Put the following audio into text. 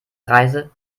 reise